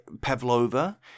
Pavlova